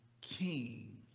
king